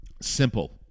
Simple